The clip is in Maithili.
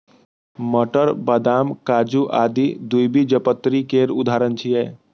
मटर, बदाम, काजू आदि द्विबीजपत्री केर उदाहरण छियै